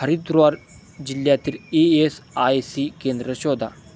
हरिद्वार जिल्ह्यातील E S I C केंद्रं शोधा